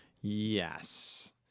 Yes